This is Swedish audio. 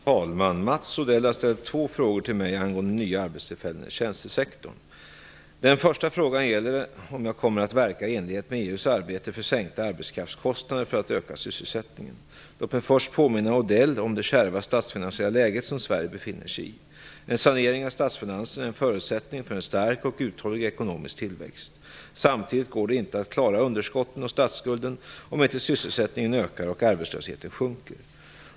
Herr talman! Mats Odell har ställt två frågor till mig angående nya arbetstillfällen i tjänstesektorn. Den första frågan gäller om jag kommer att verka i enlighet med EU:s arbete för sänkta arbetskraftskostnader för att öka sysselsättningen. Låt mig först påminna Mats Odell om det kärva statsfinansiella läge som Sverige befinner sig i. En sanering av statsfinanserna är en förutsättning för en stark och uthållig ekonomisk tillväxt. Samtidigt går det inte att klara underskottet och statsskulden om inte sysselsättningen ökar och arbetslösheten sjunker.